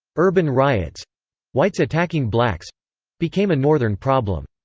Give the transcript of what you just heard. urban riots whites attacking blacks became a northern problem.